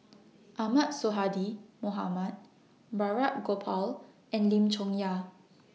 Ahmad Sonhadji Mohamad Balraj Gopal and Lim Chong Yah